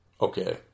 okay